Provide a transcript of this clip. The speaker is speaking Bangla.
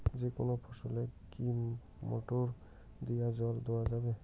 যেকোনো ফসলে কি মোটর দিয়া জল দেওয়া যাবে?